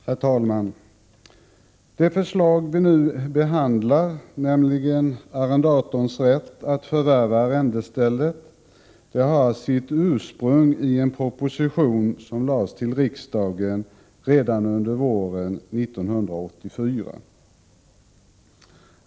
Herr talman! Det förslag vi nu behandlar, nämligen arrendatorns rätt att förvärva arrendestället, har sitt ursprung i en proposition som framlades för riksdagen redan under våren 1984.